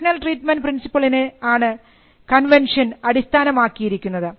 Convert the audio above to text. national treatment പ്രിൻസിപ്പിളിനെ ആണ് convention അടിസ്ഥാനമാക്കിയിരിക്കുന്നത്